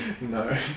No